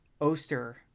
Oster